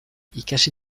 ikasi